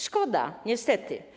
Szkoda, niestety.